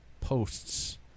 posts